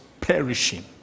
perishing